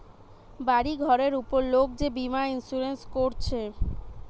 বাড়ি ঘরের উপর লোক যে বীমা ইন্সুরেন্স কোরছে